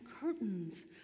curtains